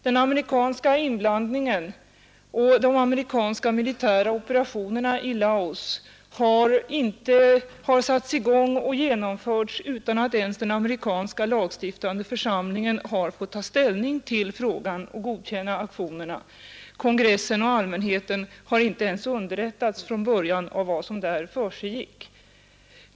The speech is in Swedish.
Den amerikanska inblandningen och de amerikanska militära operationerna i Laos har satts i gång och genomförts utan att ens den amerikanska lagstiftande församlingen har fått ta ställning till frågan och godkänna aktionerna. Kongressen och allmänheten har inte ens under rättats från början om vad som där försiggick.